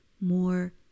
more